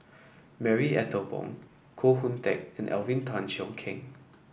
Marie Ethel Bong Koh Hoon Teck and Alvin Tan Cheong Kheng